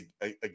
again